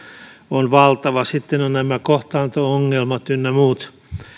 on valtava sitten on nämä kohtaanto ongelmat ynnä muut